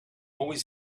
always